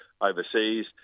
overseas